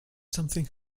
something